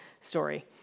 story